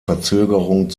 verzögerung